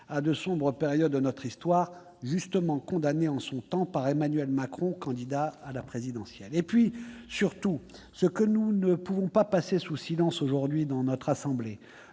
-à de sombres périodes de notre histoire justement condamnée en son temps par Emmanuel Macron candidat à l'élection présidentielle. Et puis surtout, ce que nous ne pouvons pas passer sous silence aujourd'hui dans notre assemblée,